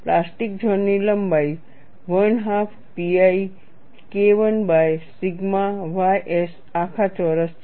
plastic zone ની લંબાઈ 12 pi KI by sigma ys આખા ચોરસ છે